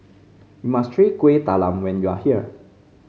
you must try Kuih Talam when you are here